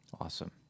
Awesome